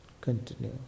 continue